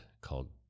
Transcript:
called